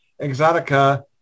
Exotica